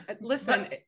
listen